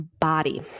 body